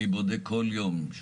אני בודק כל יום -- מירב בן ארי,